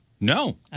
No